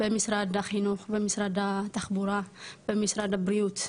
במשרד החינוך, במשרד התחבורה, במשרד הבריאות,